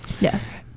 Yes